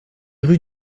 rue